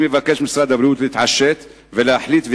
אני מבקש ממשרד הבריאות להתעשת ולהחליט,